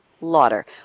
lauder